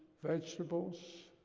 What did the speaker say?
vegetables,